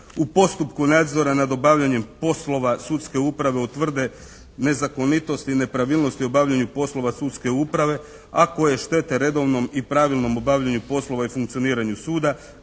u postupku nadzora nad obavljanjem poslova sudske uprave utvrde nezakonitosti i nepravilnosti u obavljanju poslova sudske uprave, a koje štete redovnom i pravilnom obavljanju poslova i funkcioniranju suda